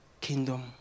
kingdom